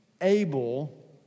able